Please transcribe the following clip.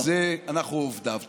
בשביל זה אנחנו עובדיו.